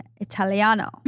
Italiano